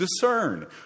discern